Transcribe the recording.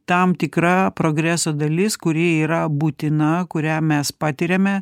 tam tikra progreso dalis kuri yra būtina kurią mes patiriame